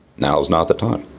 now is not the time